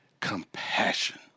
compassion